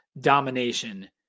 domination